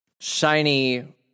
shiny